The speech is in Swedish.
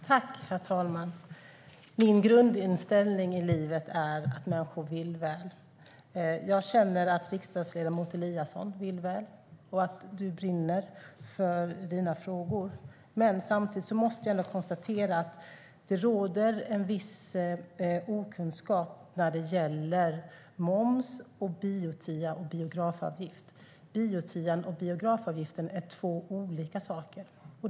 Herr talman! Min grundinställning i livet är att människor vill väl. Jag känner att riksdagsledamot Eliasson vill väl och att han brinner för sina frågor. Men samtidigt måste jag ändå konstatera att det råder en viss okunskap när det gäller moms, biotian och biografavgift. Biotian och biografavgiften är två olika saker.